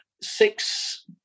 six